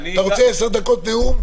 אתה רוצה עשר דקות נאום?